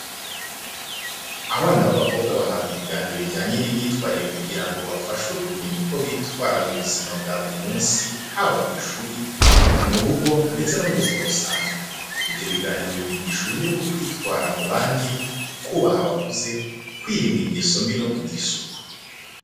Abana b'abakobwa bahabwa ibiganiro bijyanye n'imyitwarire kugira ngo bafashwe kumenya uko bakwitwara mu buzima bwa buri munsi, haba ku ishuri, mu rugo ndetse no mu buzima busanzwe. Ibyo biganiro bibigisha uburyo bwo kwitwara mu bandi, kubaha abakuze, kwirinda ingeso mbi no kugira isuku.